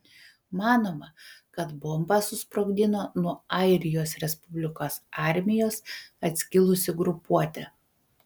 manoma kad bombą susprogdino nuo airijos respublikos armijos atskilusi grupuotė